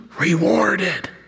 rewarded